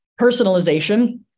Personalization